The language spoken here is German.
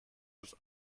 ist